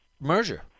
merger